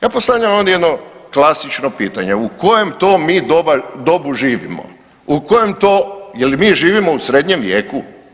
Ja postavljam ovdje jedno klasično pitanje, u kojem to mi doba, dobu živimo u kojem to, jel mi živimo u srednjem vijeku?